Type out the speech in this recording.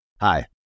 Hi